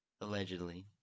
allegedly